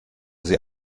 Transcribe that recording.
sie